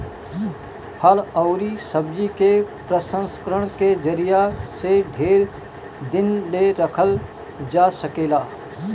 फल अउरी सब्जी के प्रसंस्करण के जरिया से ढेर दिन ले रखल जा सकेला